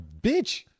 bitch